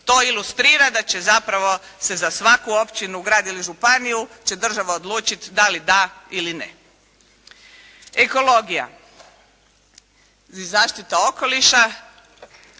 To ilustrira da će zapravo se za svaku općinu, grad ili županiju će država odlučiti dali da ili ne. Ekologija i zaštita okoliša.